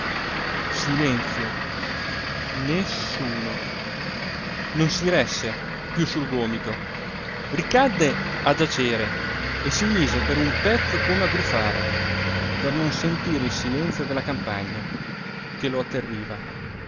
silenzio nessuno non si resse piú sul gomito ricadde a giacere e si mise per un pezzo come a grufare per non sentire il silenzio della campagna che lo atterriva